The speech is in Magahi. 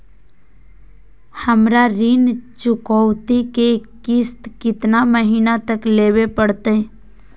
हमरा ऋण चुकौती के किस्त कितना महीना तक देवे पड़तई?